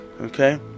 Okay